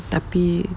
tapi